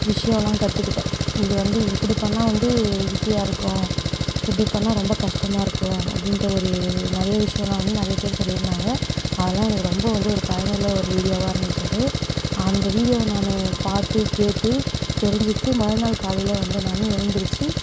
விஷயோலாம் கற்றுக்கிட்டேன் இது வந்து இப்படி பண்ணால் வந்து ஈசியாக இருக்கும் இப்படி பண்ணால் ரொம்ப கஷ்டமாக இருக்கும் அப்படீன்ற ஒரு நிறைய விஷயோலாம் வந்து நிறையப் பேரு சொல்லியிருந்தாங்க அதெல்லாம் எனக்கு ரொம்ப வந்து ஒரு பயனுள்ள ஒரு வீடியோவாக இருந்திச்சு அது அந்த வீடியோவை நான் பார்த்து கேட்டு தெரிஞ்சிக்கிட்டு மறுநாள் காலையில் வந்து நான் எழுந்திருச்சு